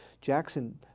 Jackson